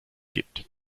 gibt